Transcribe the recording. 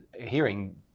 hearing